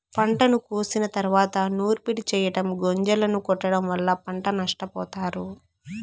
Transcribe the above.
పంటను కోసిన తరువాత నూర్పిడి చెయ్యటం, గొంజలను కొట్టడం వల్ల పంట నష్టపోతారు